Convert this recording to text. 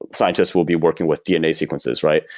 scientists will be working with dna sequences, right?